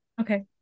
Okay